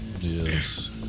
Yes